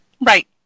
Right